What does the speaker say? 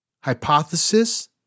hypothesis